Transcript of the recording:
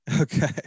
Okay